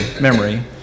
memory